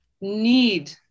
need